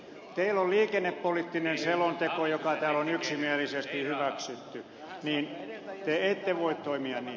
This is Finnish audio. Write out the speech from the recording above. kun teillä on liikennepoliittinen selonteko joka täällä on yksimielisesti hyväksytty niin te ette voi toimia niin